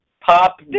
pop